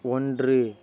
ஒன்று